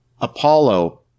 Apollo